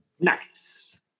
nice